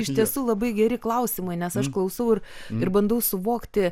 iš tiesų labai geri klausimai nes aš klausau ir ir bandau suvokti